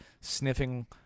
sniffing